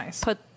put